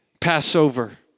Passover